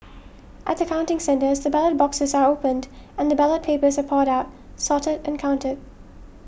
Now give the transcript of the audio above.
at the counting centres the ballot boxes are opened and the ballot papers are poured out sorted and counted